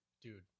Dude